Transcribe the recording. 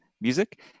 music